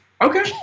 okay